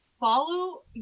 follow